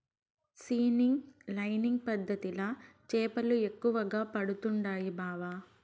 seining lining పద్ధతిల చేపలు ఎక్కువగా పడుతండాయి బావ